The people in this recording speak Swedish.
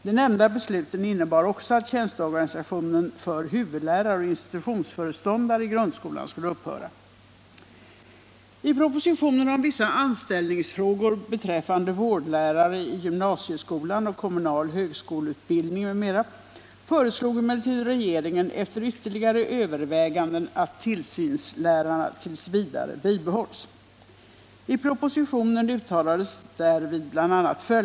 De nämnda besluten innebar också att tjänsteorganisationen för huvudlärare och institutionsföreståndare i grundskolan skulle upphöra.